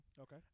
Okay